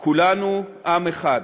כולנו עם אחד.